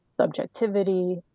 subjectivity